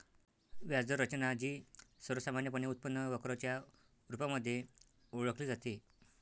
व्याज दर रचना, जी सर्वसामान्यपणे उत्पन्न वक्र च्या रुपामध्ये ओळखली जाते